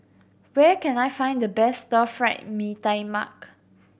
where can I find the best Stir Fry Mee Tai Mak